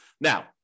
Now